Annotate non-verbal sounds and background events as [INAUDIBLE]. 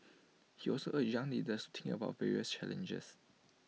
[NOISE] he also urged young leaders to think about various challenges